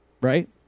right